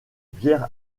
bière